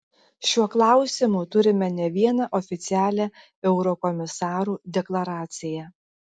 šiuo klausimu turime ne vieną oficialią eurokomisarų deklaraciją